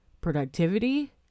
productivity